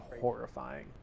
horrifying